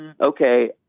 Okay